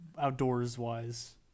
outdoors-wise